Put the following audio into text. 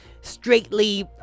Straightly